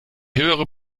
höhere